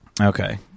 Okay